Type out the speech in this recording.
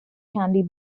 candy